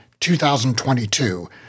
2022